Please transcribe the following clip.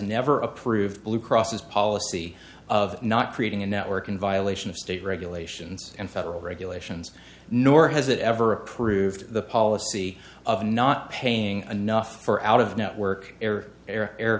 never approved blue cross is policy of not creating a network in violation of state regulations and federal regulations nor has it ever approved the policy of not paying enough for out of network air air